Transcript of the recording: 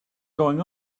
going